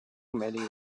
committee